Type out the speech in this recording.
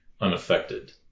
unaffected